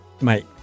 Mate